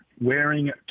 wearing